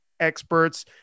Experts